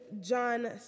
John